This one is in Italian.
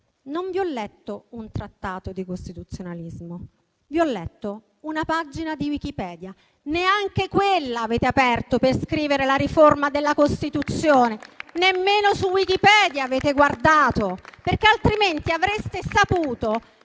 Non vi ho letto un trattato di costituzionalismo, vi ho letto una pagina di Wikipedia. Neanche quella avete aperto per scrivere la riforma della Costituzione! Nemmeno su Wikipedia avete guardato, perché altrimenti avreste saputo